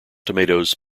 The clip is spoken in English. tomatoes